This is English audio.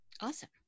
Awesome